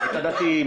את הדתיים,